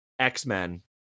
x-men